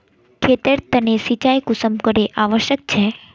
खेतेर तने सिंचाई कुंसम करे आवश्यक छै?